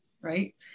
right